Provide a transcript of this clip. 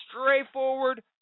straightforward